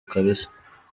kabisa